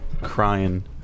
crying